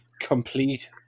complete